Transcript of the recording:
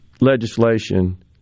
legislation